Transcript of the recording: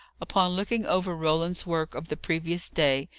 upon looking over roland's work of the previous day,